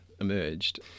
emerged